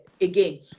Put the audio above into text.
again